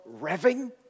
revving